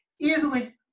easily